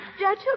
Judge